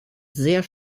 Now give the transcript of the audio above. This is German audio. sehr